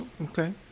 Okay